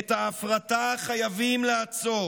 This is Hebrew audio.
את ההפרטה חייבים לעצור.